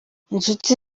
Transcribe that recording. inshuti